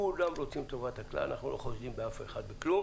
כולם רוצים את טובת הכלל ואנחנו לא חושדים באף אחד בכלום